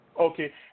Okay